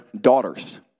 daughters